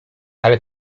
ale